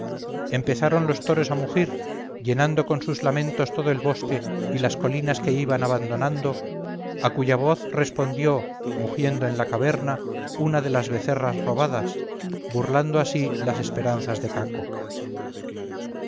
empezaron los toros a mugir llenando con sus lamentos todo el bosque y las colinas que iban abandonando a cuya voz respondió mugiendo en la caverna una de las becerras robadas burlando así las esperanzas de caco